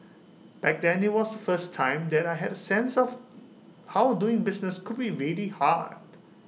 back then IT was the first time that I had A sense of how doing business could be really hard